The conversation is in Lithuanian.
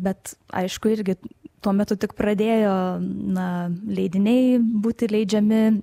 bet aišku irgi tuo metu tik pradėjo na leidiniai būti leidžiami